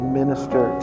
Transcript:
minister